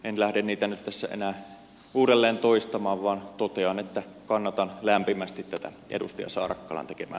en lähde niitä nyt tässä enää uudelleen toistamaan vaan totean että kannatan lämpimästi tätä edustaja saarakkalan tekemää